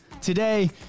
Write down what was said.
today